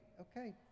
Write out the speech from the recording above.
okay